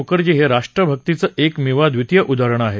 मुखर्जी हे राष्ट्रभक्तीचं एकमेवाद्वितीय उदाहरण आहे